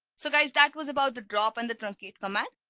so guys that was about the drop and the truncate command.